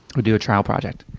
we do a trial project.